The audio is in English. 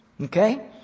Okay